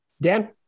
dan